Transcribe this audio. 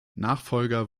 nachfolger